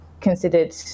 considered